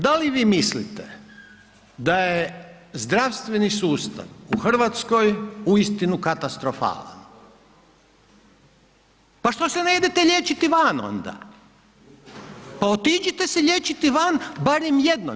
Da li vi mislite da je zdravstveni sustav u Hrvatskoj uistinu katastrofalan, pa što se ne idete liječiti van, pa otiđite se liječiti van barem jednom.